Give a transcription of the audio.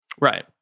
Right